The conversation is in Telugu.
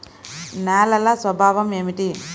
నేలల స్వభావం ఏమిటీ?